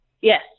Yes